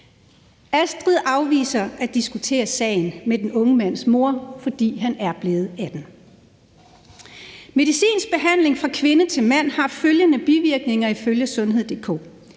Astrid afviser at diskutere sagen med den unge mands mor, fordi han er blevet 18 år. Medicinsk behandling fra kvinde til mand har ifølge sundhed.dk